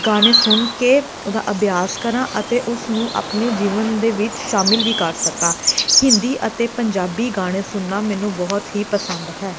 ਗਾਣੇ ਸੁਣ ਕੇ ਉਹਦਾ ਅਭਿਆਸ ਕਰਾਂ ਅਤੇ ਉਸਨੂੰ ਆਪਣੇ ਜੀਵਨ ਦੇ ਵਿੱਚ ਸ਼ਾਮਿਲ ਵੀ ਕਰ ਸਕਾਂ ਹਿੰਦੀ ਅਤੇ ਪੰਜਾਬੀ ਗਾਣੇ ਸੁਣਨਾ ਮੈਨੂੰ ਬਹੁਤ ਹੀ ਪਸੰਦਾ ਹੈ